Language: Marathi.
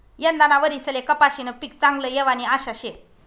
यंदाना वरीसले कपाशीनं पीक चांगलं येवानी आशा शे